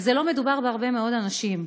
ולא מדובר בהרבה מאוד אנשים.